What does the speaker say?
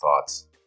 thoughts